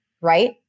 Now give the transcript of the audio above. right